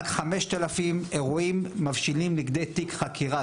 רק חמשת אלפים אירועים מבשילים לכדי תיק חקירה.